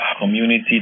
Community